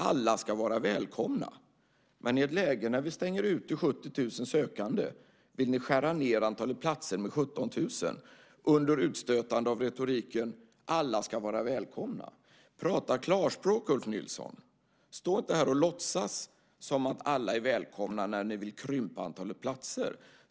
Alla ska vara välkomna, men i ett läge när vi stänger ute 70 000 sökande vill ni skära ned antalet platser med 17 000 under utstötande av retoriken att alla ska vara välkomna. Prata klarspråk, Ulf Nilsson! Stå inte här och låtsas som att alla är välkomna när ni vill krympa antalet platser!